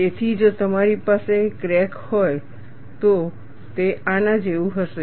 તેથી જો તમારી પાસે ક્રેક હોય તો તે આના જેવું હશે